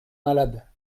malade